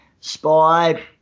Spy